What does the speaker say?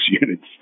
units